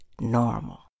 normal